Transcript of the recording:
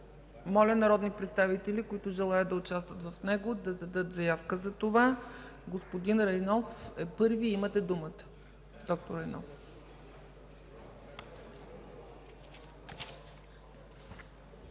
Моля народните представители, които желаят да участват в него, да дадат заявка за това. Господин Райнов е първи. Имате думата, доктор Райнов.